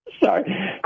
Sorry